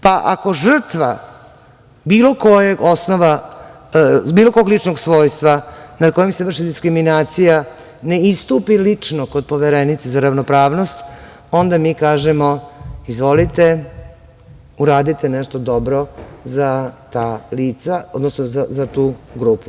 Pa, ako žrtva bilo kojeg ličnog svojstva nad kojom se vrši diskriminacija ne istupi lično kod Poverenice za ravnopravnost, onda mi kažemo – izvolite, uradite nešto dobro za ta lica, odnosno za tu grupu.